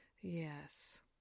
Yes